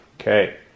Okay